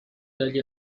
dagli